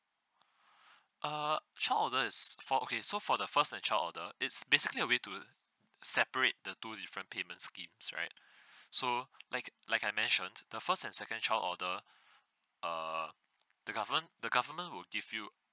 err child order is for okay so for the first and child order it's basically a way to separate the two different payment schemes right so like like I mentioned the first and second child order err the government the government will give you